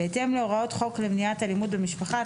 בהתאם להוראות חוק למניעת אלימות במשפחה,